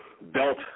belt